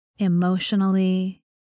emotionally